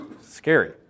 Scary